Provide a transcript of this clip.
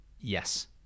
Yes